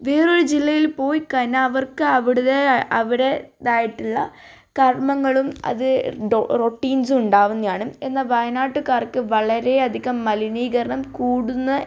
വേറൊരു ജില്ലയിൽ പോയിക്കഴിഞ്ഞാൽ അവർക്ക് അവരുടേതായിട്ടുള്ള കർമ്മങ്ങളും അത് റൊട്ടീൻസും ഉണ്ടാവുന്നതാണ് എന്ന വയനാട്ടുകാർക്ക് വളരേ അധികം മലിനീകരണം കൂടുന്ന